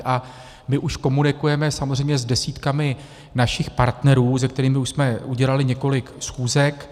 A my už komunikujeme samozřejmě s desítkami našich partnerů, se kterými už jsme udělali několik schůzek.